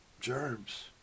Germs